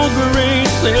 grace